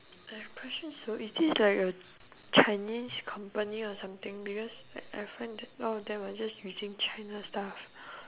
I have a question so is this like a chinese company or something because I I find that a lot of them are just using china stuff